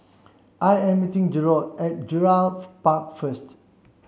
I am meeting Jerod at Gerald Park first